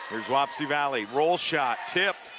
here's wapsie valley, roll shot. tipped.